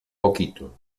poquito